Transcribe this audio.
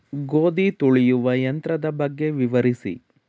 ಗೋಧಿ ತುಳಿಯುವ ಯಂತ್ರದ ಬಗ್ಗೆ ವಿವರಿಸಿ?